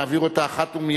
נעביר אותה מייד,